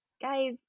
Guys